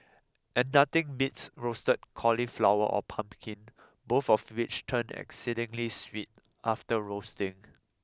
and nothing beats roasted cauliflower or pumpkin both of which turn exceedingly sweet after roasting